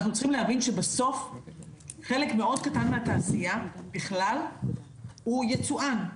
אנחנו צריכים להבין שבסוף חלק מאוד קטן מהתעשייה בכלל הוא ייצואן,